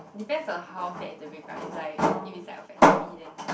depends on how bad is the break up it's like if it's like affecting me then